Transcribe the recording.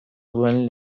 duen